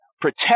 protect